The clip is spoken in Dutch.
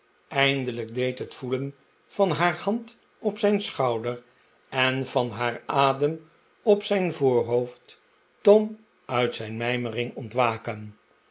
eindelijk deed het voelen van haar hand op zijn schouder en van haar adem op zijn voorhoofd tom uit zijn mijmering ont